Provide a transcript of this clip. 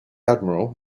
admiral